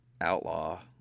outlaw